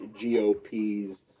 GOP's